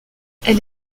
elle